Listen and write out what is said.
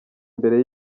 mbere